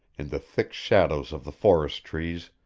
in the thick shadows of the forest trees,